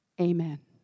Amen